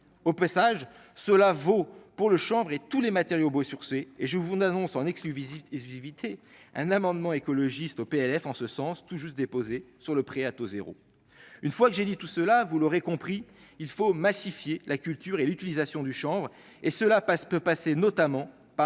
au passage, cela vaut pour le chanvre et tous les matériaux beau sur succès et je vous annonce en exclu visite et lui éviter un amendement écologiste au PLF en ce sens, tout juste déposé sur le prêt à taux 0, une fois que j'ai dit tout cela, vous l'aurez compris il faut massifier la culture et l'utilisation du et cela passe peut passer notamment pas